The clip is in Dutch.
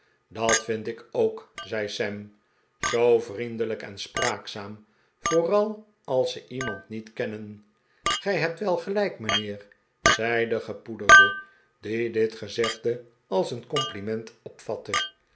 dat vind ik ook zei sam zoo vriendelijk en spraakzaam voorai als ze iemand niet kennen gij hebt wel gelijk mijnheer zei de gepoederde die dit gezegde als een compliment opvatte